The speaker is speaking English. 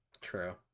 True